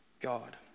God